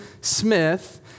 Smith